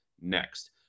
next